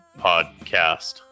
podcast